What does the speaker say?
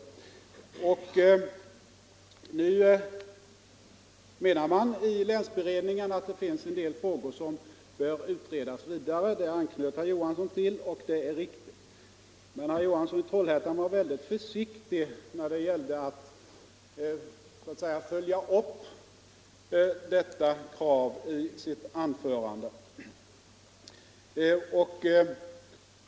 Nu menar även länsberedningen att det finns en del frågor som bör utredas vidare — detta anknöt herr Johansson i Trollhättan till, och det är riktigt. Men herr Johansson var mycket försiktig när det gällde att så att säga följa upp detta krav i sitt anförande.